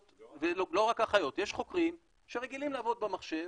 יש חוקרים שרגילים לעבוד במחשב,